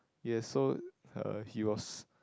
yes so uh he was